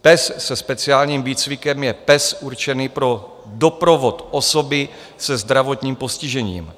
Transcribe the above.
Pes se speciálním výcvikem je pes určený pro doprovod osoby se zdravotním postižením.